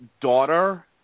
daughter